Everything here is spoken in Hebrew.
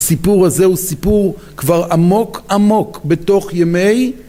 סיפור הזה הוא סיפור כבר עמוק עמוק בתוך ימי